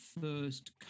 first